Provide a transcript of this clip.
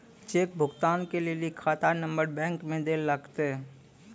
cheque भुगतान के लेली खाता नंबर बैंक मे दैल लागतै